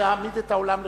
אעמיד את האולם לרשותך,